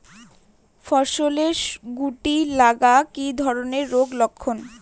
ফসলে শুটি লাগা কি ধরনের রোগের লক্ষণ?